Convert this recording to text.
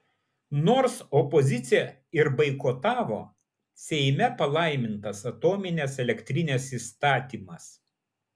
nors opozicija ir boikotavo seime palaimintas atominės elektrinės įstatymas